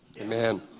Amen